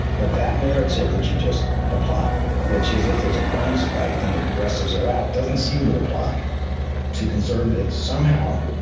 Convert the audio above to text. but, that narrative that you just applied, which is if there is a crime spike, then the progressives are out, doesn't seem to apply to conservatives. somehow,